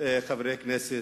חברי הכנסת,